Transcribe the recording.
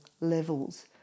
levels